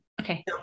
Okay